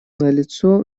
налицо